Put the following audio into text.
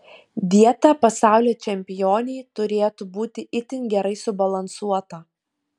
dieta pasaulio čempionei turėtų būti itin gerai subalansuota